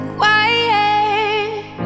quiet